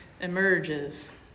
emerges